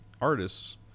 artists